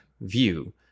view